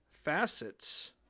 facets